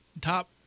Top